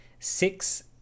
six